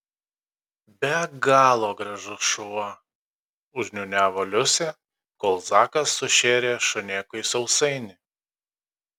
be galo gražus šuo užniūniavo liusė kol zakas sušėrė šunėkui sausainį